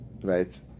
right